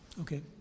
Okay